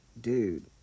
dude